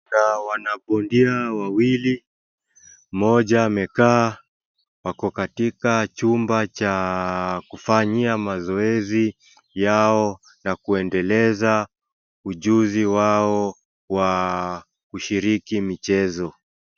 Kuna wanabondia wawili, mmoja amekaa. Wako katika chumba cha kufanyia mazoezi yao na kuendeleza ujuzi wao wa kushiriki michezo.